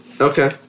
Okay